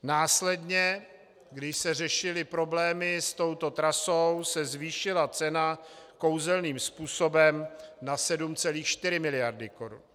Následně, když se řešily problémy s touto trasou, se zvýšila cena kouzelným způsobem na 7,4 miliardy korun.